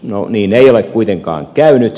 no niin ei ole kuitenkaan käynyt